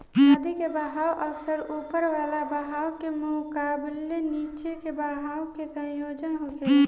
नदी के बहाव अक्सर ऊपर वाला बहाव के मुकाबले नीचे के बहाव के संयोजन होखेला